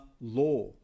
law